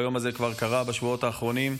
והיום הזה כבר קרה בשבועות האחרונים,